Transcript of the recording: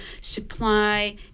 supply